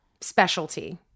specialty